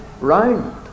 round